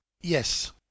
yes